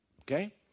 Okay